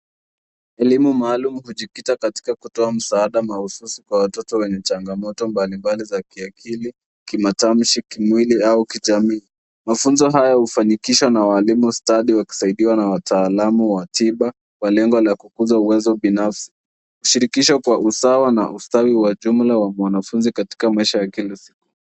Elimu maalum hujikita katika kutoa msaada mahususi kwa watoto wenye changamoto mbalimbali za kiakili, kimatamshi, kimwili au kijamii. Mafunzo haya hufanikishwa na walimu stadi na wakisaidiwa na wataalamu wa tiba kwa lengo la kukuza uwezo binafsi, kushirikisha kwa usawa na ustawi wa jumla wa mwanafunzi katika maisha ya kila siku.